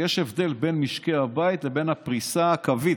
יש הבדל בין משקי הבית לבין הפריסה הקווית,